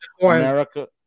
America